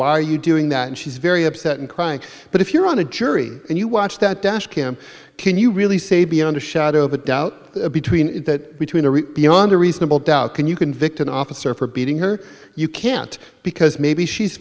why are you doing that and she's very upset and crying but if you're on a jury and you watch that dash cam can you really say beyond a shadow of a doubt between that between beyond a reasonable doubt can you convict an officer for beating her you can't because maybe she's